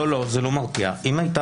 אני כן אגיד